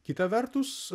kita vertus